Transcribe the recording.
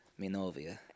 Minovia